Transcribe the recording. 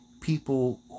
people